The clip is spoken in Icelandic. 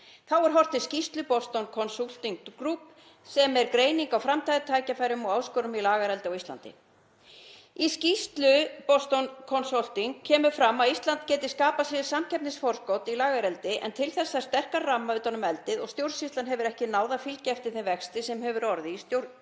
Þá var horft til skýrslu Boston Consulting Group, sem er greining á framtíðartækifærum og áskorunum í lagareldi á Íslandi. Í skýrslu Boston Consulting Group kemur fram að Ísland geti skapað sér samkeppnisforskot í lagareldi, en til þess þarf sterkan ramma utan um eldið og stjórnsýslan hefur ekki náð að fylgja eftir þeim vexti sem orðið hefur í